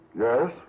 Yes